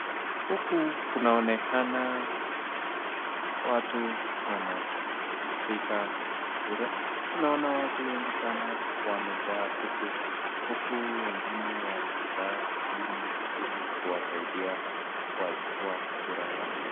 Huku kunaonekana watu wanapiga kura. Tunaona watu wengi sana wamejaa huku huku wengine wamekaa chini ili kuwasaidia kuwachukua kura yao.